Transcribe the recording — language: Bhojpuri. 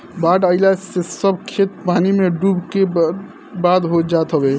बाढ़ आइला से सब खेत पानी में डूब के बर्बाद हो जात हवे